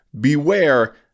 Beware